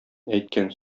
әйткән